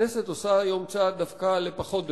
הכנסת עושה היום צעד דווקא לפחות דמוקרטיה.